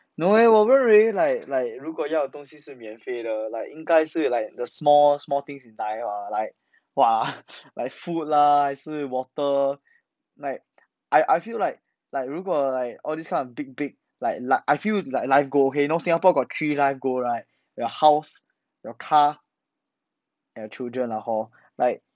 no eh 我们 really like like 如果要的东西是免费的 like 应该是 like the small small thing in life ah like !wah! like food lah 还是 water like I I feel like like 如果 like all these kind of big big like I feel like life go hay you know singapore got three life goal right your house your car and your children lah hor like